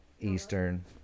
Eastern